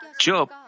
Job